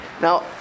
Now